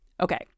Okay